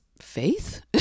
faith